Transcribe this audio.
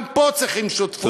גם פה צריכים שותפות,